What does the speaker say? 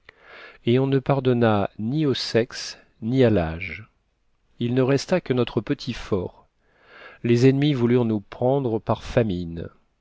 et on ne pardonna ni au sexe ni à l'âge il ne resta que notre petit fort les ennemis voulurent nous prendre par famine